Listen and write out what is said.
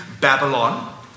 Babylon